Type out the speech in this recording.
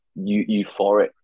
euphoric